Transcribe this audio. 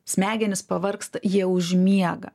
smegenys pavargsta jie užmiega